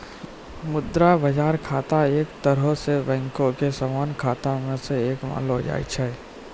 मुद्रा बजार खाता एक तरहो से बैंको के समान्य खाता मे से एक मानलो जाय छै